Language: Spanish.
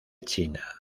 china